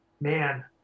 Man